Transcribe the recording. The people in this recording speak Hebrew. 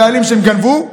הבעלים חושבים שהם גנבו,